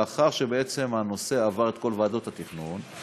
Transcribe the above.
לאחר שבעצם הנושא עבר את כל ועדות התכנון,